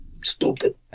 stupid